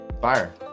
fire